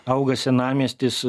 auga senamiestis